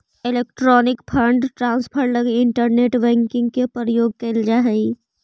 electronic fund transfer लगी internet banking के प्रयोग कैल जा हइ